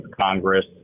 Congress